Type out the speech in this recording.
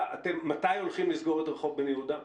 מתי הולכים לסגור את רחוב בן יהודה?